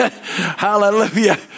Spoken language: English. Hallelujah